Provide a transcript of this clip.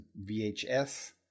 VHS